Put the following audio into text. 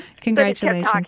Congratulations